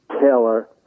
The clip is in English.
Taylor